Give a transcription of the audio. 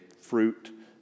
fruit